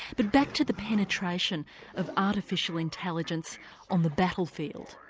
but back to the penetration of artificial intelligence on the battlefield.